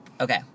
Okay